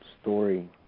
story